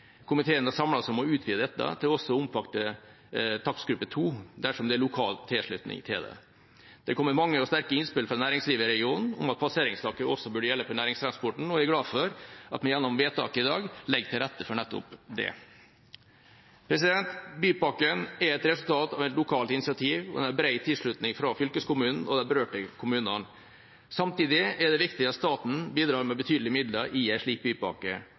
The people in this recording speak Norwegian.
Komiteen har samlet seg om å utvide dette til også å omfatte takstgruppe 2, dersom det er lokal tilslutning til det. Det har kommet mange og sterke innspill fra næringslivet i regionen om at passeringstaket også burde gjelde for næringstransporten, og jeg er glad for at vi gjennom vedtaket i dag legger til rette for nettopp det. Bypakken er et resultat av et lokalt initiativ, og den har bred tilslutning fra fylkeskommunen og de berørte kommunene. Samtidig er det viktig at staten bidrar med betydelige midler i en slik bypakke,